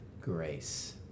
grace